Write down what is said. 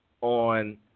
On